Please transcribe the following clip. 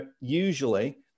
usually